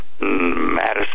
Madison